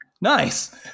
Nice